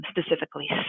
specifically